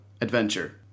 adventure